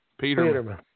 Peterman